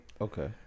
okay